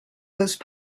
those